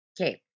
Okay